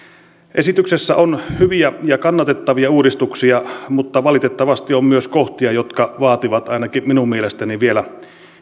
esityksessä on hyviä ja kannatettavia uudistuksia mutta valitettavasti on myös kohtia jotka vaativat ainakin minun mielestäni vielä